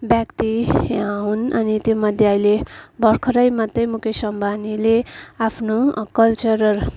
व्यक्ति हुन् अनि त्यो मध्ये अहिले भर्खरै मात्रै मुकेस अम्बनीले आफ्नो कल्चरल